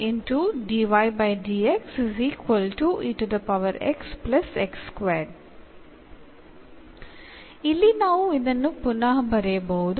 ಇಲ್ಲಿ ನಾವು ಇದನ್ನು ಪುನಃ ಬರೆಯಬಹುದು